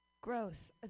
Gross